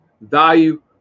value